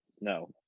no